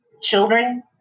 children